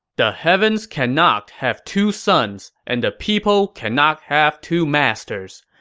the heavens cannot have two suns, and the people cannot have two masters.